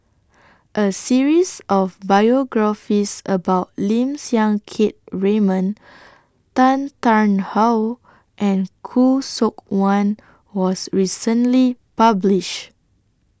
A series of biographies about Lim Siang Keat Raymond Tan Tarn How and Khoo Seok Wan was recently published